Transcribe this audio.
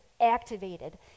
activated